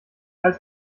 als